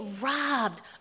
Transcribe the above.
robbed